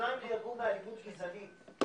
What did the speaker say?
שניים נהרגו באלימות גזענית.